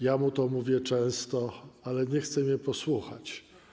Ja mu to mówię często, ale nie chce mnie posłuchać.